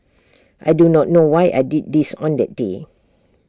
I do not know why I did this on that day